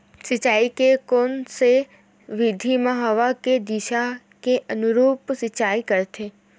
सिंचाई के कोन से विधि म हवा के दिशा के अनुरूप सिंचाई करथे?